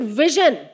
vision